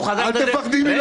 --- לחרדים.